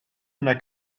una